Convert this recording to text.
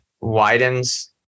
widens